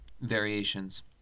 Variations